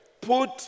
put